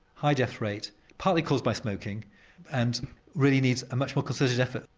high death rate, partly caused by smoking and really needs a much more concerted effort.